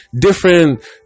different